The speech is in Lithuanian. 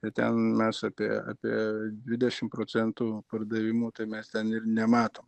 ir ten mes apie apie dvidešim procentų pardavimų tai mes ten ir nemato